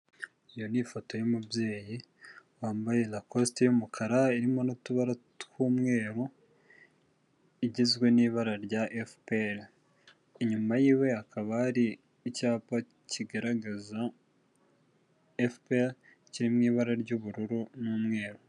Iyo ni ifoto y'umubyeyi wambaye rakosite y'umukara irimo n'utubara tw'umweru igizwe n'ibara rya efuperi, inyuma yiwe hakaba hari icyapa kigaragaza efuperi kiri mu ibara ry'ubururu n'umweru.